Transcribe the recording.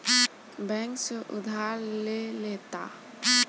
bank से उधार ले लेता